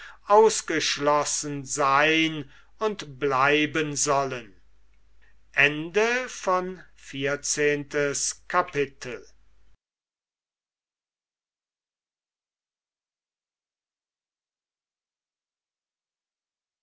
ausgeschlossen sein und bleiben sollen dixi funfzehntes kapitel